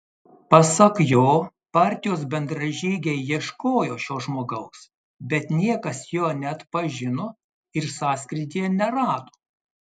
pasak jo partijos bendražygiai ieškojo šio žmogaus bet niekas jo neatpažino ir sąskrydyje nerado